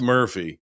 Murphy